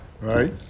right